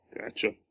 Gotcha